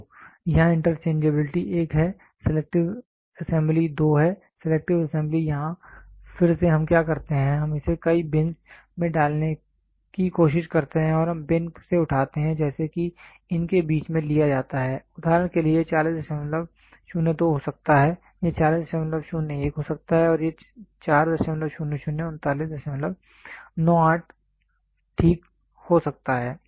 तो यहाँ इंटरचेंजेबिलिटी एक है सिलेक्टिव असेंबली दो है सिलेक्टिव असेंबली यहाँ फिर से हम क्या करते हैं हम इसे कई बिन में डालने की कोशिश करते हैं और हम बिन से उठाते हैं जैसे कि इन के बीच में लिया जाता है उदाहरण के लिए यह 4002 हो सकता है यह 4001 हो सकता है यह 400 3998 ठीक हो सकता है